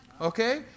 Okay